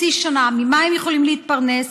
חצי שנה, ממה הם יכולים להתפרנס?